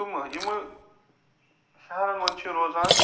تِمہٕ یِمہٕ شہرن منٛز چھِ روزان